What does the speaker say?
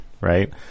Right